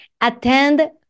attend